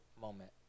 moment